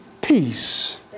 peace